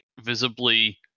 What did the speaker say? visibly